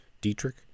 Dietrich